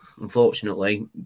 unfortunately